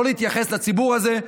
לא להתייחס לציבור הזה,